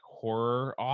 horror